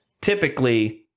typically